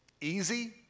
easy